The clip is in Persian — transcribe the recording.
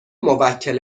موکل